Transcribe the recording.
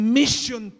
mission